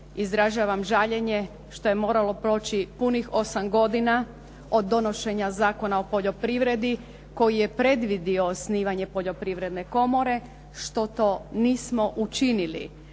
izražavam žaljenje što je moralo proći punih 8 godina od donošenja Zakona o poljoprivredi koju je predvidio osnivanje Poljoprivredne komore što to nismo učinili.